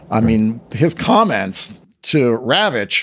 i mean, his comments to ravich